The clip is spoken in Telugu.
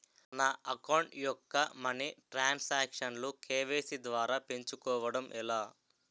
నా అకౌంట్ యెక్క మనీ తరణ్ సాంక్షన్ లు కే.వై.సీ ద్వారా పెంచుకోవడం ఎలా?